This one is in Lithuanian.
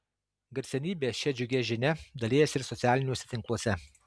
garsenybės šia džiugia žinia dalijasi ir socialiniuose tinkluose